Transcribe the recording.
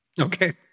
Okay